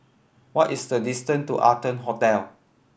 what is the distance to Arton Hotel